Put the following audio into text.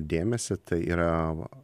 dėmesį tai yra